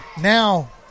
now